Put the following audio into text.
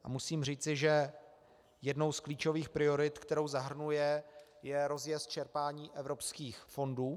A musím říct, že jednou z klíčových priorit, kterou zahrnuje, je rozjezd čerpání evropských fondů.